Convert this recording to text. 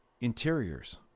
interiors